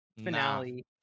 Finale